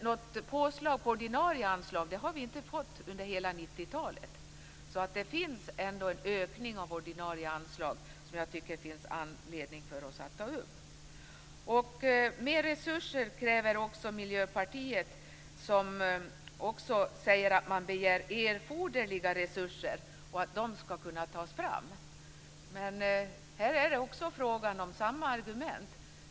Något påslag på ordinarie anslag har vi inte fått under hela 90-talet, så det sker ändå en ökning av ordinarie anslag nu som det finns anledning för oss att ta upp. Mer resurser kräver också Miljöpartiet, som begär att erforderliga medel skall kunna tas fram. Men här är det fråga om samma argument.